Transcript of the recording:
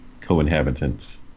co-inhabitants